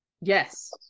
Yes